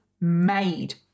made